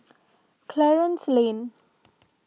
Clarence Lane